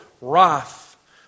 wrath